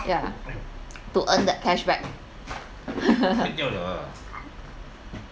yeah to earn that cashback